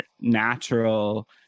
natural